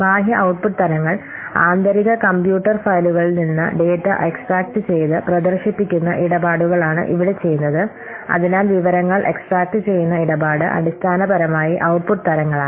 ബാഹ്യ ഔട്ട്പുട്ട് തരങ്ങൾ ആന്തരിക കമ്പ്യൂട്ടർ ഫയലുകളിൽ നിന്ന് ഡാറ്റ എക്സ്ട്രാക്റ്റു ചെയ്ത് പ്രദർശിപ്പിക്കുന്ന ഇടപാടുകളാണ് ഇവിടെ ചെയ്യുന്നത് അതിനാൽ വിവരങ്ങൾ എക്സ്ട്രാക്റ്റുചെയ്യുന്ന ഇടപാട് അടിസ്ഥാനപരമായി ഔട്ട്പുട്ട് തരങ്ങളാണ്